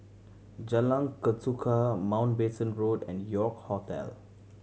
Jalan Ketuka Mountbatten Road and York Hotel